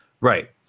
Right